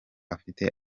afite